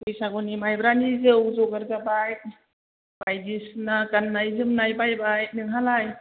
बैसागुनि माइब्रानि जौ जगार जाबाय बायदिसिना गान्नाय जोमनाय बायबाय नोंहालाय